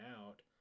out